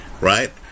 right